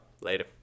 Later